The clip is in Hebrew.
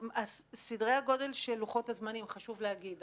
סדרי הגודל של לוחות הזמנים, חשוב להגיד.